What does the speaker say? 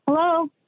Hello